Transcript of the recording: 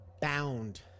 bound